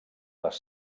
les